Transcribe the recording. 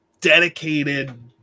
dedicated